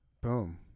Boom